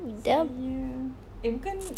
rasanya eh bukan